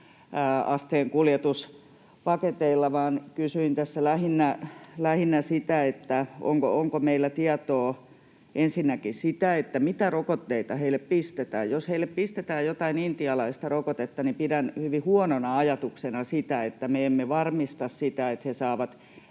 asteen kuljetuspaketeilla, vaan kysyin tässä lähinnä sitä, onko meillä tietoa ensinnäkin siitä, mitä rokotteita heille pistetään. Jos heille pistetään jotain intialaista rokotetta, niin pidän hyvin huonona ajatuksena sitä, että me emme varmista sitä, että he saavat